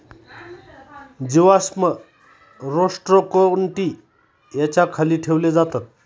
जीवाश्म रोस्ट्रोकोन्टि याच्या खाली ठेवले जातात